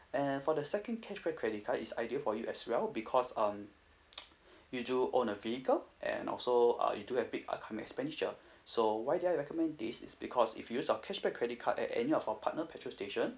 and for the second cashback credit card is ideal for you as well because um you do own a vehicle and also uh you do have big upcoming expenditure so why do I recommend this is because if you use our cashback credit card at any of our partner petrol station